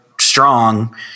strong